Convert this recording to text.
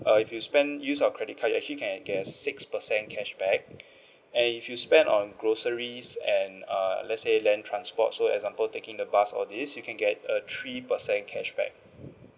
uh if you spend use our credit card you actually can get six percent cashback and if you spend on groceries and err let's say land transport so example taking the bus all these you can get a three percent cashback